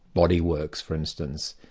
body works, for instance,